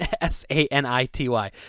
S-A-N-I-T-Y